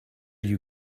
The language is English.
you